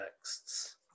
texts